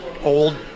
old